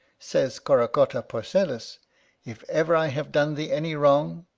says corocotta porcellus if ever i have done thee any wrong,